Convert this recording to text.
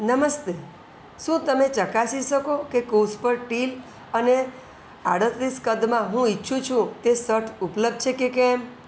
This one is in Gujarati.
નમસ્તે શું તમે ચકાસી શકો કે કૂવ્સ પર ટીલ અને આડત્રીસ કદમાં હું ઇચ્છું છું તે સટ ઉપલબ્ધ છે કે કેમ